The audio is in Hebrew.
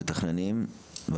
אנחנו מתכננים סיור אצלכם,